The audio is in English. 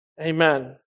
Amen